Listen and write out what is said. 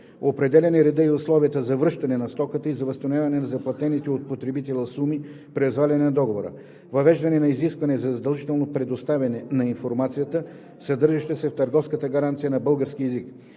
Определяне реда и условията за връщане на стоката и за възстановяване на заплатените от потребителя суми при разваляне на договора. - Въвеждане на изискване за задължително предоставяне на информацията, съдържаща се в търговската гаранция на български език.